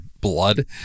blood